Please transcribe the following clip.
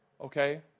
okay